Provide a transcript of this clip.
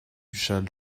châle